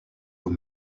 aux